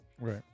Right